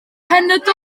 cenedl